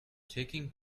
taking